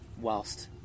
Whilst